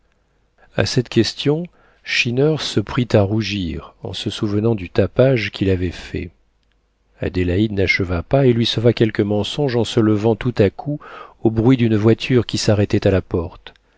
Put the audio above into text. a cette question schinner se prit à rougir en se souvenant du tapage qu'il avait fait adélaïde n'acheva pas et lui sauva quelque mensonge en se levant tout à coup au bruit d'une voiture qui s'arrêtait à la porte